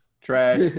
Trash